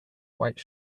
white